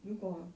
如果